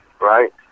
right